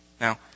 Now